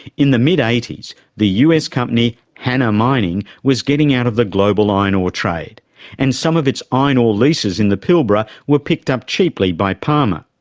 in the mid-eighties, the us company hanna mining was getting out of the global iron ore trade and some of its iron ore leases in the pilbara were picked up cheaply by palmer.